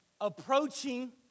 approaching